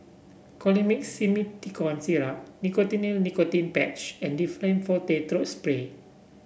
Colimix Simethicone Syrup Nicotinell Nicotine Patch and Difflam Forte Throat Spray